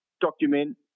document